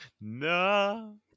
No